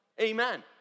amen